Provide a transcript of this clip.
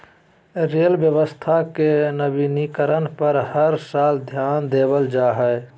rail व्यवस्था के नवीनीकरण पर हर साल ध्यान देवल जा हइ